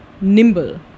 nimble